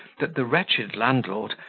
that the wretched landlord,